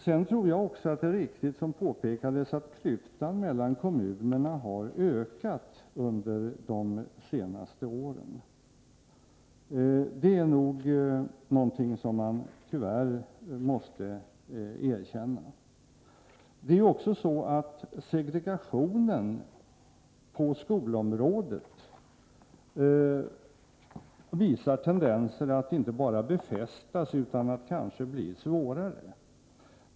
Jag tror också att det, som påpekades, är riktigt att klyftan mellan kommunerna har ökat under de senaste åren. Det är nog någonting som man tyvärr måste erkänna. Segregationen på skolområdet visar tendenser att inte bara befästas utan kanske också att försvåras.